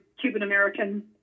Cuban-American